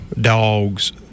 dogs